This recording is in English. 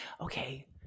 Okay